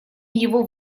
его